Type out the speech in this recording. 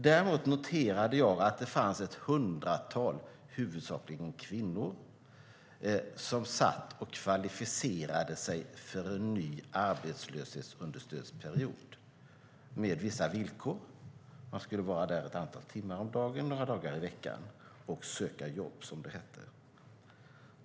Däremot noterade jag att det fanns ett hundratal huvudsakligen kvinnor som satt och kvalificerade sig för en ny arbetslöshetsunderstödsperiod med vissa villkor. De skulle vara där ett antal timmar om dagen några dagar i veckan och söka jobb, som det hette.